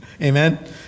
Amen